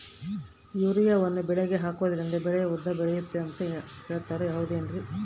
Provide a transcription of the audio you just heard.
ಯೂರಿಯಾವನ್ನು ಬೆಳೆಗೆ ಹಾಕೋದ್ರಿಂದ ಬೆಳೆ ಉದ್ದ ಬೆಳೆಯುತ್ತೆ ಅಂತ ಹೇಳ್ತಾರ ಹೌದೇನ್ರಿ?